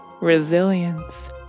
resilience